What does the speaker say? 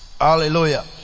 Hallelujah